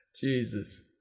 Jesus